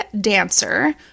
dancer